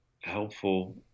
helpful